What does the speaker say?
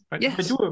Yes